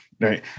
right